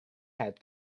had